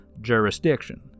jurisdiction